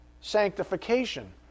sanctification